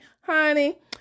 Honey